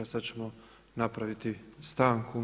Sad ćemo napraviti stanku.